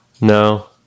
No